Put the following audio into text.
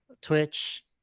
Twitch